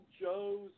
Joe's